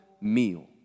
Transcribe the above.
meal